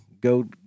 go